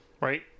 Right